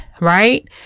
right